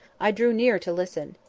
i drew near to listen.